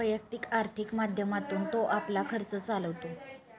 वैयक्तिक आर्थिक माध्यमातून तो आपला खर्च चालवतो